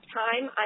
time